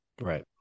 Right